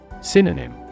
Synonym